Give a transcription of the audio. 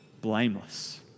Blameless